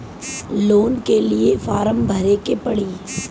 Loan के लिए form भरे के पड़ी?